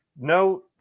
No